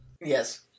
Yes